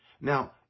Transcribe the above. Now